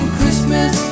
Christmas